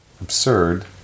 absurd